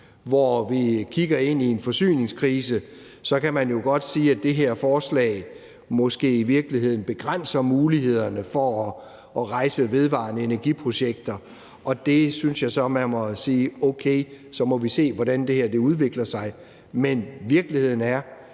hvor vi kigger ind i en forsyningskrise, kan man jo godt sige, at det her forslag måske i virkeligheden begrænser mulighederne for at rejse vedvarende energiprojekter, og der synes jeg så, man må sige: Okay, så må se, hvordan det her udvikler sig. Men virkeligheden er,